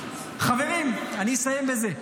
חברים, אני אסיים בזה.